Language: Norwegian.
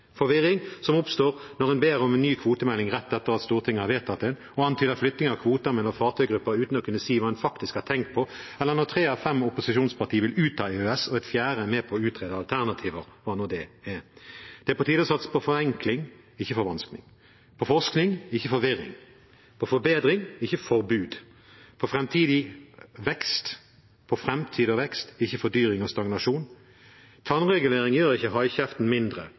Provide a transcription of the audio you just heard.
Forvirring oppstår når en ber om en ny kvotemelding rett etter at Stortinget har vedtatt en, og antyder flytting av kvoter mellom fartøygrupper uten å kunne si hva en faktisk har tenkt på, eller når tre av fem opposisjonspartier vil ut av EØS og et fjerde er med på å utrede alternativer – hva nå det er. Det er på tide å satse på forenkling, ikke forvanskning, på forskning, ikke forvirring, på forbedring, ikke forbud, på framtid og vekst, ikke fordyring og stagnasjon. Tannregulering gjør ikke